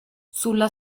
sulla